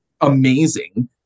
amazing